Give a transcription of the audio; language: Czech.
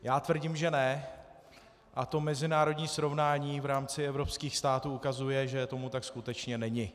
Já tvrdím, že ne, a to mezinárodní srovnání v rámci evropských států ukazuje, že tomu tak skutečně není.